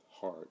heart